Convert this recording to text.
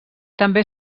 també